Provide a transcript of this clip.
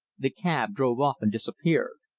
the cab drove off and disappeared.